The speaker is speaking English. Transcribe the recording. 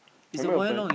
can we open